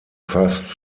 fast